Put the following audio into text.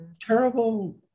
terrible